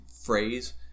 phrase